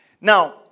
Now